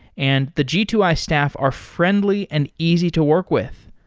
and the g two i staff are friendly and easy to work with.